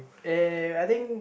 eh I think